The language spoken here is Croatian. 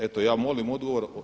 Eto ja molim odgovor